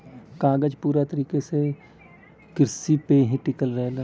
कागज पूरा तरह से किरसी पे ही टिकल रहेला